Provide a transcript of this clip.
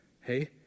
Hey